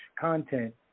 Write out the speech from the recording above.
content